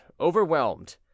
overwhelmed